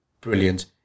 brilliant